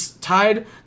tied